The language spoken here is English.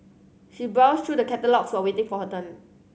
she browsed through the catalogues while waiting for her turn